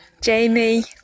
Jamie